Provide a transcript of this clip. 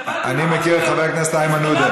אני מכיר את חבר הכנסת איימן עודה.